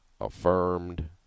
Affirmed